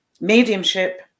Mediumship